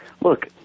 Look